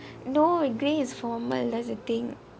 no grey is formal that's the thing